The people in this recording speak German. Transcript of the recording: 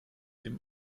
dem